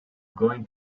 going